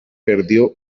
perdió